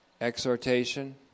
exhortation